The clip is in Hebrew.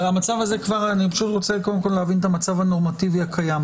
אני רוצה להבין את המצב הנורמטיבי הקיים.